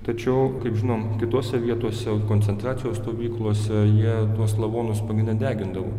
tačiau kaip žinom kitose vietose koncentracijos stovyklose jie tuos lavonus pagrinde degindavo